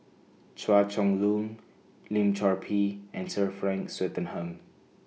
Chua Chong Long Lim Chor Pee and Sir Frank Swettenham